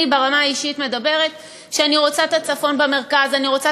ברמה האישית אני אומרת שאני רוצה את הצפון בצפון,